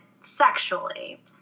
sexually